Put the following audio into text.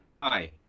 Hi